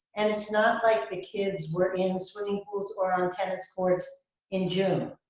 and it's not like the kids were in swimming pools or on tennis courts in june,